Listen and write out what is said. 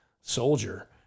soldier